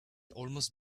almost